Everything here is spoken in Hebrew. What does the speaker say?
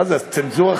מה זה, צנזורה חדשה?